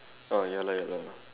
uh ya lah ya lah